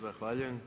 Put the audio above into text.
Zahvaljujem.